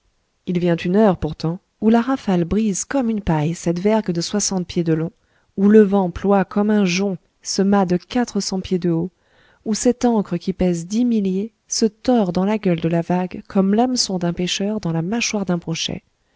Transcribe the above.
il vient une heure pourtant où la rafale brise comme une paille cette vergue de soixante pieds de long où le vent ploie comme un jonc ce mât de quatre cents pieds de haut où cette ancre qui pèse dix milliers se tord dans la gueule de la vague comme l'hameçon d'un pêcheur dans la mâchoire d'un